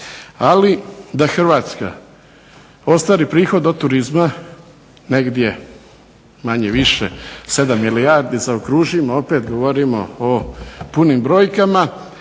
Ali da Hrvatska ostvari prihod od turizma negdje manje-više 7 milijardi zaokružimo opet, govorimo o punim brojkama,